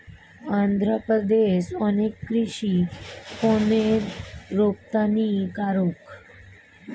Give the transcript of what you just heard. অন্ধ্রপ্রদেশ অনেক কৃষি পণ্যের রপ্তানিকারক